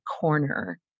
corner